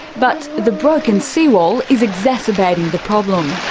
but the broken seawall is exacerbating the problem.